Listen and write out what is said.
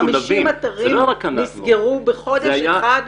ש-50 אתרים נסגרו בחודש אחד,